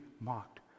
mocked